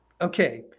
okay